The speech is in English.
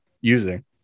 using